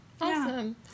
Awesome